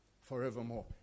forevermore